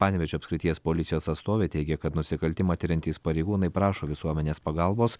panevėžio apskrities policijos atstovė teigė kad nusikaltimą tiriantys pareigūnai prašo visuomenės pagalbos